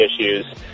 issues